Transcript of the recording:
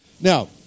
Now